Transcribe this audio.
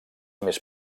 més